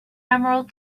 emerald